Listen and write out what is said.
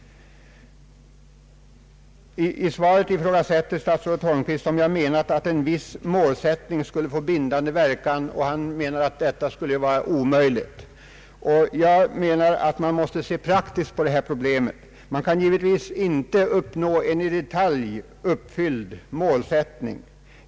I svaret ifrågasätter statsrådet Holmqvist om jag menar att en viss målsättning skulle få bindande verkan, och han anser att detta skulle vara omöjligt. Jag anser att man måste se praktiskt på detta problem, och man kan inte alltid i detalj uppnå en viss målsättning.